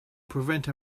prevent